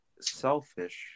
selfish